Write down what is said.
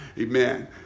Amen